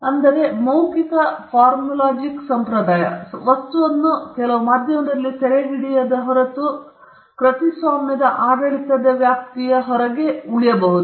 ಆದ್ದರಿಂದ ಮೌಖಿಕ ಫಾರ್ಮುಲಾಜಿಕ್ ಸಂಪ್ರದಾಯ ವಸ್ತುವನ್ನು ಕೆಲವು ಮಾಧ್ಯಮದಲ್ಲಿ ಸೆರೆಹಿಡಿಯದ ಹೊರತು ಕೃತಿಸ್ವಾಮ್ಯದ ಆಡಳಿತದ ವ್ಯಾಪ್ತಿಯ ಹೊರಗೆ ಉಳಿಯಬಹುದು